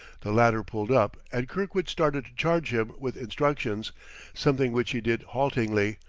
the latter pulled up and kirkwood started to charge him with instructions something which he did haltingly,